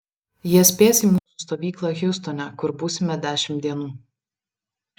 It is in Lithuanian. jie spės į mūsų stovyklą hjustone kur būsime dešimt dienų